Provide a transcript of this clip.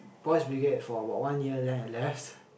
Boy's Brigade for about one year then I left